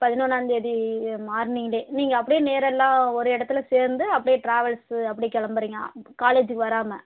பதினொன்னா தேதி மார்னிங்கிளையே நீங்கள் அப்படியே நேரா எல்லாம் ஒரு இடத்துல சேர்ந்து அப்படியே ட்ராவல்ஸ்சு அப்படியே கிளம்புறீங்க காலேஜ்ஜுக்கு வராம